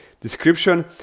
description